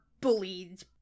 bullied